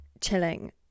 chilling